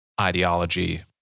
ideology